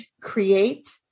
create